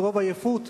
מרוב עייפות,